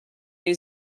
new